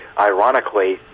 ironically